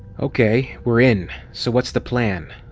okay, we're in. so what's the plan?